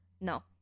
no